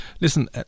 Listen